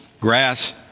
Grass